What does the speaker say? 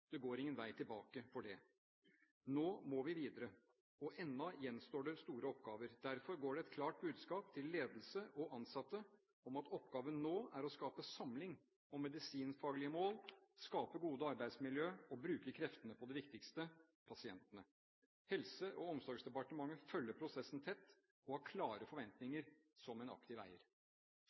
Det går ingen vei tilbake for det. Nå må vi videre. Ennå gjenstår det store oppgaver. Derfor går det nå ut et klart budskap til ledelse og ansatte om at oppgaven nå er å skape samling om medisinsk-faglige mål, skape gode arbeidsmiljøer og å bruke kreftene på det viktigste – pasientene. Helse- og omsorgsdepartementet følger prosessen tett og har klare forventninger som en aktiv eier.